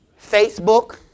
Facebook